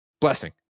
blessing